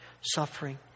suffering